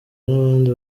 n’abandi